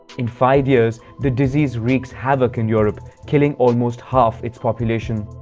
in five years, the disease wreaks havoc in europe, killing almost half its population.